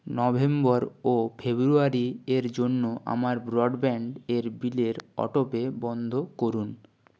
November ও February এর জন্য আমার ব্রডব্যান্ড এর বিলের অটোপে বন্ধ করুন